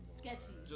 sketchy